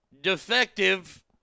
defective